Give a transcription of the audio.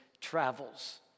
travels